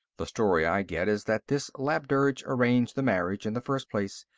the story i get is that this labdurg arranged the marriage, in the first place.